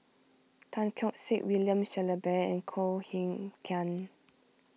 Tan Keong Saik William Shellabear and Koh Eng Kian